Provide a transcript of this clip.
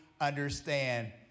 understand